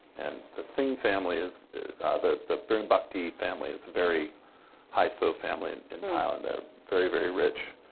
and the singha family is the the bhirom bhakdi family is very high so family and in thailand. they're very, very rich.